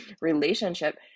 relationship